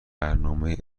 برنامه